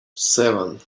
seven